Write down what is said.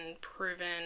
proven